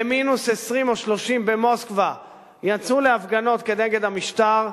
במינוס 20 או 30 במוסקבה יצאו להפגנות כנגד המשטר,